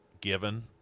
given